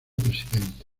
presidente